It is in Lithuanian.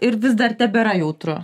ir vis dar tebėra jautru